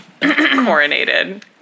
Coronated